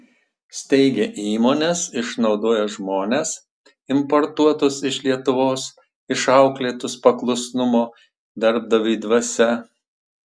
steigia įmones išnaudoja žmones importuotus iš lietuvos išauklėtus paklusnumo darbdaviui dvasia